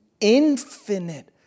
Infinite